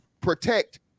protect